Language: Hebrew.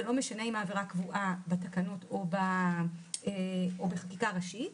ולא משנה אם העבירה קבועה בתקנות או בחקיקה ראשית,